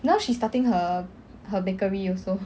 now she's starting her her bakery also